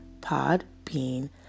Podbean